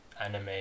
anime